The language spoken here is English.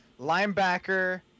linebacker